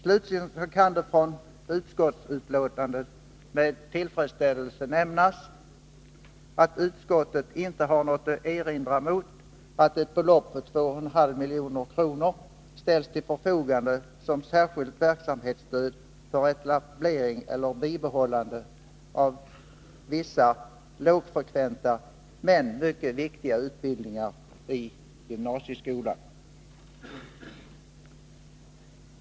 Slutligen kan jag med tillfredsställelse nämna att utskottet i sitt betänkande inte har något att erinra mot att ett belopp på 2,5 milj.kr. ställs till förfogande som särskilt verksamhetsstöd för etablering eller bibehållande av vissa lågfrekventa men mycket viktiga utbildningar i gymnasieskolan.